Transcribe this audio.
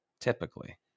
typically